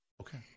Okay